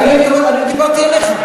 אני לא דיברתי עליך.